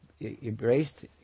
embraced